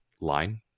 line